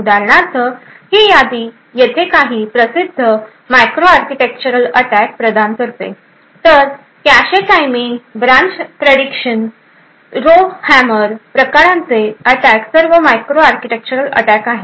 उदाहरणार्थ ही यादी येथे काही प्रसिद्ध मायक्रो आर्किटेक्चरल अटॅक प्रदान करते तर cache timing branch prediction row hammer प्रकारांचे अटॅक सर्व मायक्रोआर्किटेक्चरल अटॅक आहेत